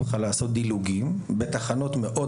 אומרים להם: ״אתם כן יכולים לעשות דילוגים בין תחנות.״ אלו תחנות